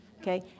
okay